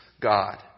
God